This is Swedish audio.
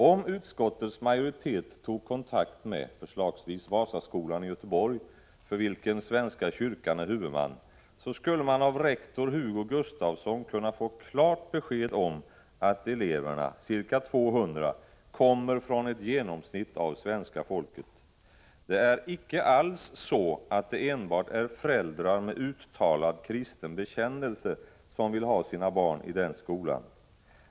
Om utskottets majoritet tog kontakt med förslagsvis Vasaskolan i Göteborg, för vilken svenska kyrkan är huvudman, skulle man av rektor Hugo Gustafsson kunna få klart besked om att eleverna, ca 200, kommer från ett genomsnitt av svenska folket. Det är icke alls så att det är enbart föräldrar med en uttalad kristen bekännelse som vill ha sina barn i den skolan.